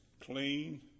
clean